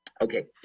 okay